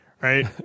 right